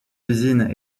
usines